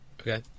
Okay